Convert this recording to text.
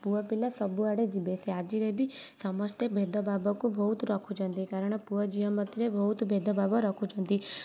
ପୁଅ ପିଲା ସବୁଆଡ଼େ ଯିବେ ସେ ଆଜିରେ ବି ସମସ୍ତେ ଭେଦଭାବକୁ ବହୁତ ରଖୁଛନ୍ତି କାରଣ ପୁଅ ଝିଅ ମଧ୍ୟରେ ବହୁତ ଭେଦଭାବ ରଖୁଛନ୍ତି